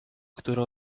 która